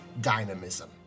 dynamism